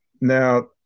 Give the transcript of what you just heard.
Now